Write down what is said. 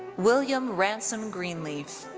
william ransom greenleaf.